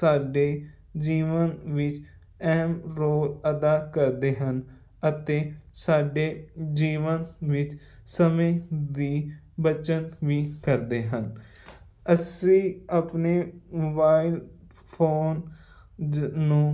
ਸਾਡੇ ਜੀਵਨ ਵਿੱਚ ਅਹਿਮ ਰੋਲ ਅਦਾ ਕਰਦੇ ਹਨ ਅਤੇ ਸਾਡੇ ਜੀਵਨ ਵਿੱਚ ਸਮੇਂ ਵੀ ਬੱਚਤ ਵੀ ਕਰਦੇ ਹਨ ਅਸੀਂ ਆਪਣੇ ਮੋਬਾਇਲ ਫੋਨ ਜ ਨੂੰ